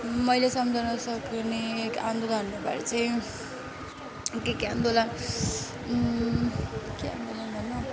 मैले सम्झाउनु सक्ने आन्दोलनहरू बारे चाहिँ के के आन्दोलन के आन्दोलन भन्नु हो